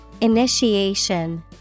Initiation